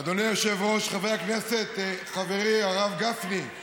אדוני היושב-ראש, חברי הכנסת, חברי הרב גפני.